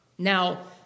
Now